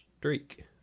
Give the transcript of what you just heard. streak